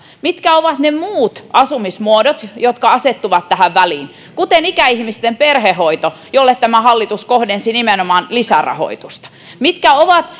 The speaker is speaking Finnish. mitkä ovat ne muut asumismuodot jotka asettuvat tähän väliin kuten ikäihmisten perhehoito jolle tämä hallitus kohdensi nimenomaan lisärahoitusta mitkä ovat